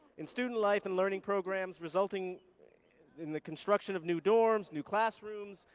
in student life and learning programs, resulting in the construction of new dorms, new classrooms,